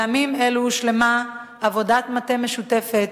בימים אלה הושלמה עבודת מטה משותפת,